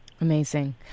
Amazing